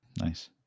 Nice